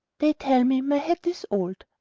they tell me my hat is old!